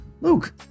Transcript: Luke